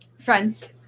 Friends